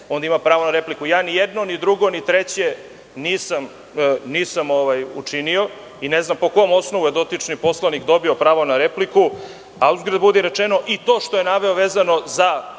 on ima pravo na repliku.“Ni jedno, ni drugo, ni treće nisam učinio i ne znam po kom osnovu je dotični poslanik dobio pravo na repliku. Uzgred budi rečeno, i to što je naveo vezano za